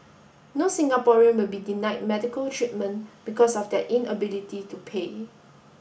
no Singaporean will be denied medical treatment because of their inability to pay